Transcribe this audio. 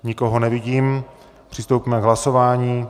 Nikoho nevidím, přistoupíme k hlasování.